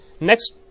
Next